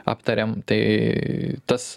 aptariam tai tas